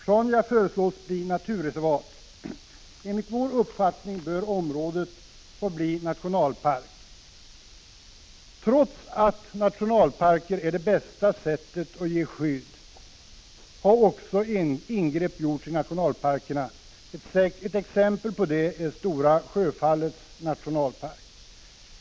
Sjaunja föreslås bli naturreservat. Enligt vår uppfattning bör området bli nationalpark. Trots att nationalparker är det bästa sättet att ge skydd har stora ingrepp gjorts i många nationalparker. Ett exempel på det är Stora Sjöfallets nationalpark.